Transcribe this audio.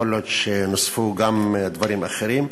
יכול להיות שנוספו גם דברים אחרים.